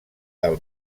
del